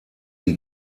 die